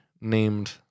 named